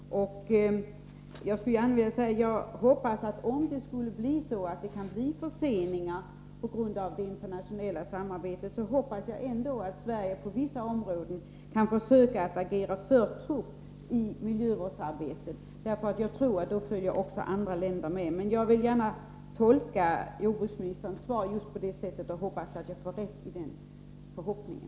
Om det skulle bli så att förseningar uppstår på grund av det internationella samarbetet, hoppas jag ändå att Sverige på vissa områden kan försöka agera som förtrupp i miljövårdsarbetet. Jag tror att också andra länder då följer med. Jag vill gärna tolka jordbruksministerns svar just på det sättet och hoppas att jag får rätt i den förhoppningen.